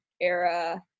era